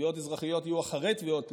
שתביעות אזרחיות יהיו אחרי תביעות פליליות,